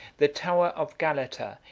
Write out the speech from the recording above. the tower of galata,